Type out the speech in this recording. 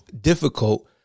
difficult